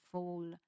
Fall